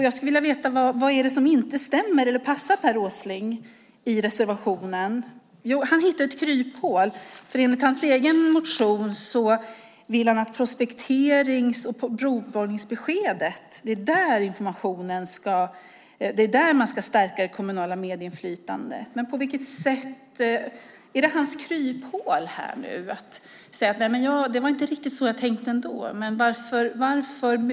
Jag skulle vilja veta: Vad är det som inte stämmer eller passar Per Åsling i reservationen? Jo, han hittar ett kryphål. Enligt hans egen motion ska man stärka det kommunala medinflytandet när det gäller prospektering och provborrningsbeskedet. Är det hans kryphål att nu säga: Det var inte riktigt så jag tänkte?